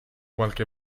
qualche